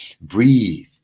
breathe